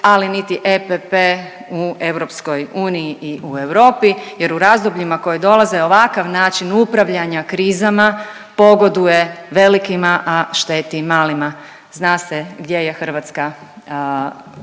ali niti EPP u EU i u Europi jer u razdobljima koji dolaze ovakav način upravljanja krizama pogoduje velikima, a šteti malima. Zna se gdje je Hrvatska